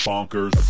Bonkers